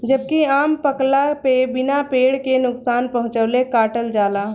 जबकि आम पकला पे बिना पेड़ के नुकसान पहुंचवले काटल जाला